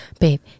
babe